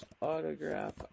autograph